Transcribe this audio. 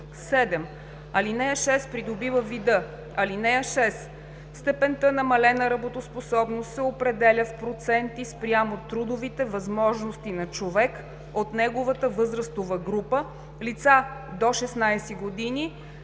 7. ал. 6 придобива вида: „(6) Степента намалена работоспособност се определя в проценти спрямо трудовите възможности на човек от неговата възрастова група – лица до 16 г.,